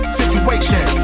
situation